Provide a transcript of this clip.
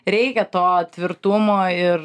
reikia to tvirtumo ir